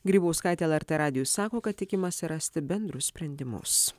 grybauskaitė lrt radijui sako kad tikimasi rasti bendrus sprendimus